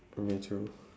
me too